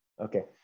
Okay